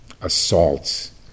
assaults